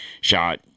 shot